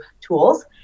tools